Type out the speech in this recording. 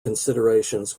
considerations